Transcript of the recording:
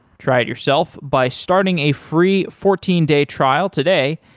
try it yourself by starting a free fourteen day trial today.